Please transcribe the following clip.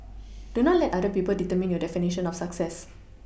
do not let other people determine your definition of success